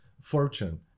fortune